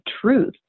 truth